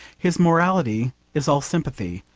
his morality is all sympathy,